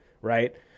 Right